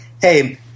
Hey